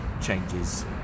changes